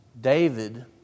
David